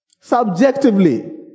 subjectively